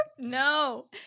no